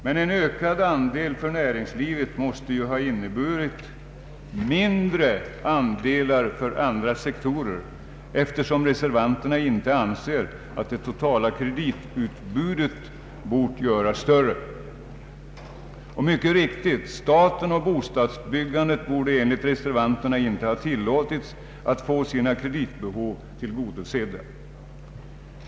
Men en ökad andel för näringslivet måste ju ha inneburit mindre andelar för andra sektorer, eftersom reservanterna inte anser att det totala kreditutbudet bort göras större, Och mycket riktigt: staten och bostadsbyggandet borde enligt reservanterna inte ha tillåtits att få sina kreditbehov tillgodosedda.